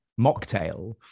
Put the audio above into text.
mocktail